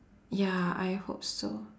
ya I hope so